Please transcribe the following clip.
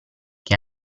che